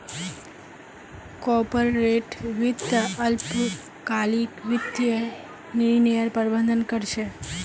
corporate वित्त अल्पकालिक वित्तीय निर्णयर प्रबंधन कर छे